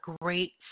great